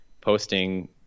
posting